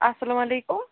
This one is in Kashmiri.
اَسلامُ علیکُم